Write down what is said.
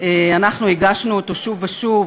אנחנו הגשנו אותו שוב ושוב,